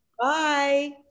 Bye